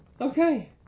okay